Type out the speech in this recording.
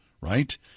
right